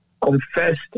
confessed